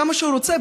כמה שהוא רוצה,